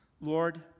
Lord